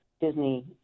Disney